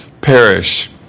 perish